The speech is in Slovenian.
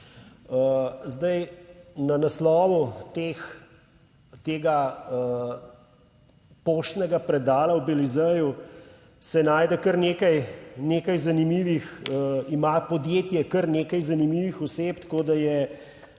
na naslovu tega poštnega predala v Belizeju se najde kar nekaj zanimivih, ima podjetje kar nekaj zanimivih oseb,